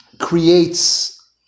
creates